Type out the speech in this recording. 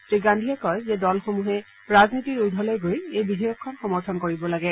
শ্ৰী গান্ধীয়ে কয় যে দলসমূহে ৰাজনীতিৰ উৰ্ধত গৈ এই বিধেয়কখন সমৰ্থন কৰিব লাগে